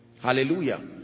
Hallelujah